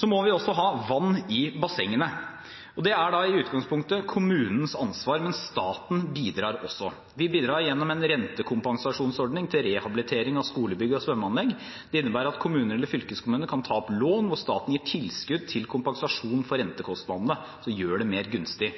Så må vi også ha vann i bassengene. Det er da i utgangspunktet kommunens ansvar, men staten bidrar også. Vi bidrar gjennom en rentekompensasjonsordning til rehabilitering av skolebygg og svømmeanlegg. Det innebærer at kommunene eller fylkeskommunene kan ta opp lån, og staten gir tilskudd til kompensasjon for rentekostnadene, som gjør det mer gunstig.